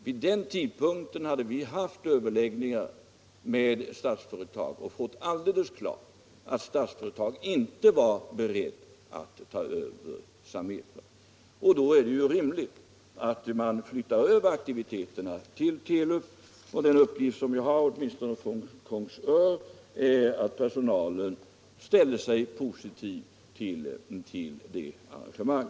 Vid den tidpunkten hade vi haft överläggningar med Statsföretag och fått alldeles klart för oss att Statsföretag inte var berett att ta över Samefa. Då är det rimligt att man flyttar över aktiviteterna till Telub. Den uppgift jag har, åtminstone från Kungsör, är att personalen ställer sig positiv till detta arrangemang.